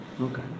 Okay